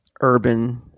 urban